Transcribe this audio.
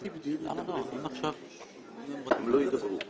בעיית הגודש בכבישים היום מוערכת בכ-40 מיליארד שקל,